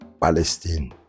Palestine